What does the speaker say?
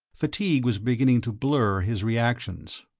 fatigue was beginning to blur his reactions.